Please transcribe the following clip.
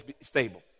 stable